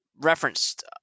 referenced